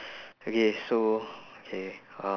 okay so okay uh